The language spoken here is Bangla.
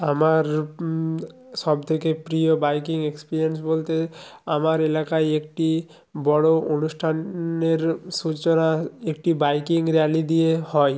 আমার সব থেকে প্রিয় বাইকিং এক্সপিরিয়েন্স বলতে আমার এলাকায় একটি বড়ো অনুষ্ঠানের সুচরা একটি বাইকিং র্যালি দিয়ে হয়